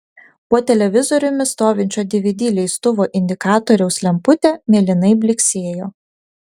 po televizoriumi stovinčio dvd leistuvo indikatoriaus lemputė mėlynai blyksėjo